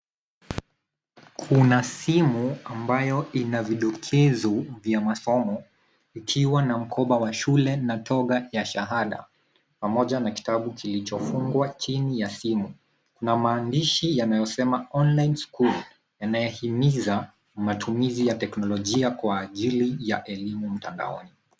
Kuna simu ambayo ina vidokezo vya masomo ikiwa na mkoba wa shule na toga ya shahada pamoja na kitabu kilichofungwa chini ya simu. Kuna maandishi yanayosomeka online school yanayohimiza matumizi ya teknolojia kwa ajili ya elimu mtandaoni.